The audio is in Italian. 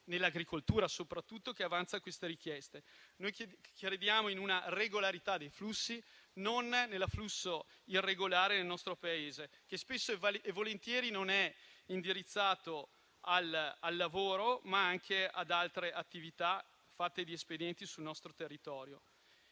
nell'agricoltura e che avanza queste richieste. Noi crediamo nella regolarità dei flussi, non nell'afflusso irregolare nel nostro Paese, che spesso e volentieri non è indirizzato al lavoro, ma anche ad altre attività fatte di espedienti sul nostro territorio.